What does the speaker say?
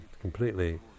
completely